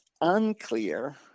unclear